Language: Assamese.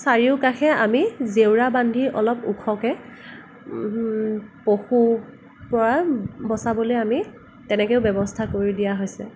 চাৰিওকাষে আমি জেওৰা বান্ধি অলপ ওখকৈ পশুৰ পৰা বচাবলৈ আমি তেনেকৈ ব্যৱস্থা কৰি দিয়া হৈছে